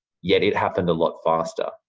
yet it happened a lot faster.